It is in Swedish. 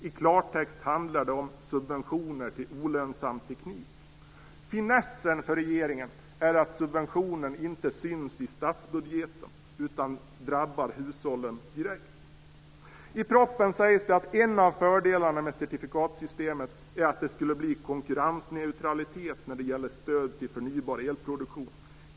I klartext handlar det om subventioner till olönsam teknik. Finessen för regeringen är att subventionen inte syns i statsbudgeten utan drabbar hushållen direkt. I propositionen sägs det att en av fördelarna med certifikatsystemet är att det skulle bli konkurrensneutralitet när det gäller stöd till förnybar elproduktion.